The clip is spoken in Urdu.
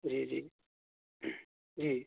جی جی جی